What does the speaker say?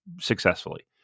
successfully